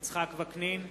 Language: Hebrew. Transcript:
יצחק וקנין,